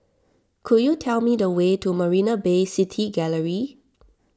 could you tell me the way to Marina Bay City Gallery